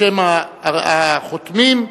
בשם החותמים.